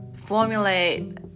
formulate